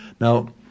Now